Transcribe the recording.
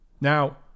Now